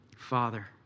Father